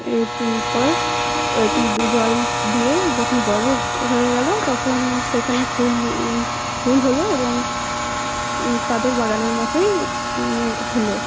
এরপর এটি জল দিয়ে যখন বড়ো হয়ে গেল তখন সেখানে ফুল ফুল হল এবং তাদের বাগানের মতোই মানে হল